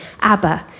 Abba